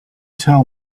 tell